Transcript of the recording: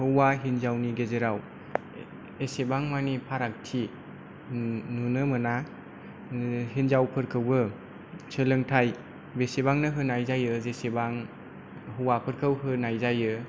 हौवा हिनजावनि गेजेराव एसेबां मानि फारागथि नुनो मोना हिनजाव फोरखौबो सोलोंथाइ बेसेबांनो होनाय जायो जेसेबां हौवाफोरखौ होनाय जायो